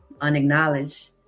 unacknowledged